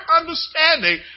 understanding